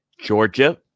Georgia